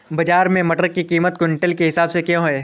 बाजार में मटर की कीमत क्विंटल के हिसाब से क्यो है?